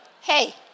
hey